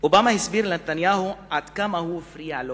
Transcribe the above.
אובמה הסביר לנתניהו עד כמה הוא הפריע לו